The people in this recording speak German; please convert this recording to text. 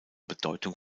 bedeutung